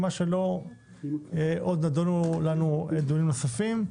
מה שלא - עוד נכונים לנו דיונים נוספים.